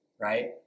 right